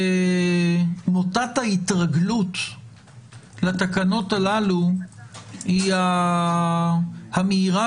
--- ההתרגלות לתקנות הללו היא המהירה